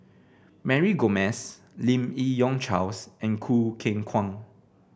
Mary Gomes Lim Yi Yong Charles and Choo Keng Kwang